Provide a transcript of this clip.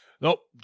Nope